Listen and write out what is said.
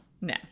No